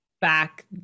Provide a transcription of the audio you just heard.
back